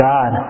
God